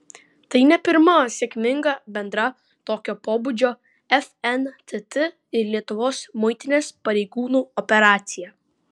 tai ne pirma sėkminga bendra tokio pobūdžio fntt ir lietuvos muitinės pareigūnų operacija